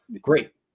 Great